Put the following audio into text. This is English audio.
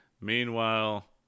Meanwhile